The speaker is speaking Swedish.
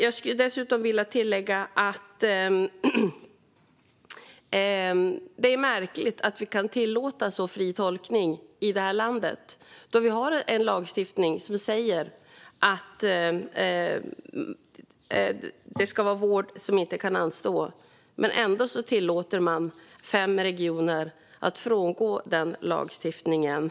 Jag skulle dessutom vilja tillägga att det är märkligt att vi kan tillåta så fri tolkning i det här landet då vi har en lagstiftning som säger att det ska vara vård som inte kan anstå men att man ändå tillåter fem regioner att frångå den lagstiftningen.